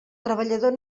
treballador